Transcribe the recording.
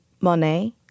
Monet